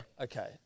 Okay